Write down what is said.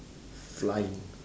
flying